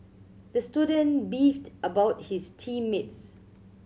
the student beefed about his team mates